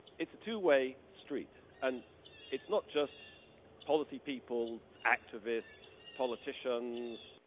it's a two way street, and it's not just policy people, activists, politicians,